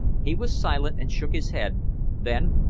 he was silent and shook his head then,